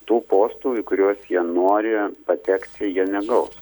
tų postų į kuriuos jie nori patekti jie negaus